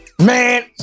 Man